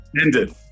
Ended